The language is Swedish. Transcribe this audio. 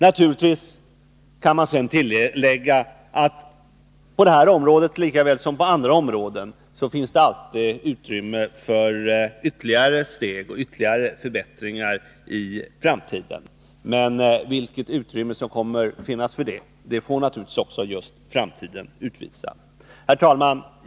Naturligtvis kan man sedan tillägga att det på detta område, lika väl som på andra områden, alltid finns utrymme för ytterligare steg och förbättringar. Vilket utrymme som kommer att finnas för detta får naturligtvis framtiden utvisa. Herr talman!